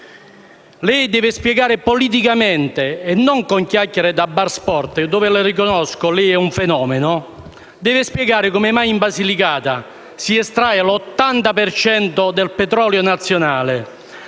Lei deve spiegare politicamente, e non con chiacchiere da bar sport, dove - lo riconosco - lei è un fenomeno, come mai in Basilicata si estrae l'80 per cento del petrolio nazionale